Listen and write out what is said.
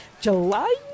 July